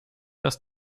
dass